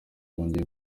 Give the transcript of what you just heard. bongeye